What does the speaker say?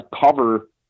cover